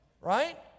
right